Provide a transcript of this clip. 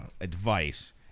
advice